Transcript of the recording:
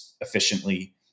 efficiently